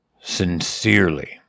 sincerely